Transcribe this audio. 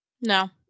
no